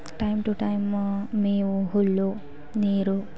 time to time ಮೇವು ಹುಲ್ಲು ನೀರು